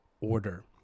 order